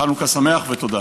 חנוכה שמח ותודה.